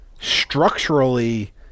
structurally